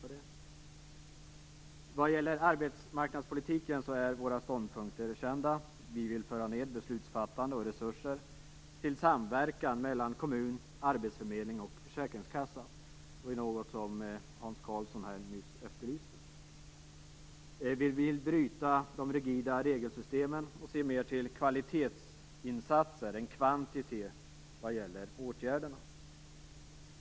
När det gäller arbetsmarknadspolitiken är våra ståndpunkter kända. Vi vill föra ned beslutsfattande och resurser till samverkan mellan kommun, arbetsförmedling och försäkringskassa. Det var ju något som Hans Karlsson nyss efterlyste. Vi vill bryta de rigida regelsystemen och se mer till kvalitet än till kvantitet när det gäller åtgärderna.